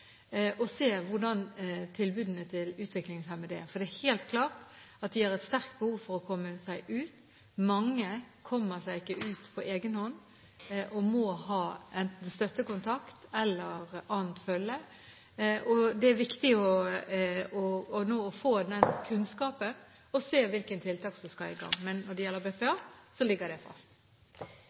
og se hvordan tilbudene til utviklingshemmede er. For det er helt klart at de har et sterkt behov for å komme seg ut – mange kommer seg ikke ut på egen hånd og må ha enten støttekontakt eller annet følge. Det er viktig nå å få den kunnskapen og se hvilke tiltak som skal i gang. Men når det gjelder BPA, ligger det fast.